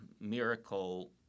miracle